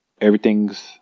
everything's